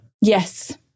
yes